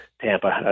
Tampa